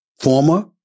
former